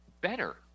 better